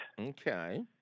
Okay